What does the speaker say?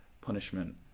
punishment